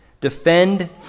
defend